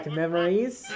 memories